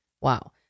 Wow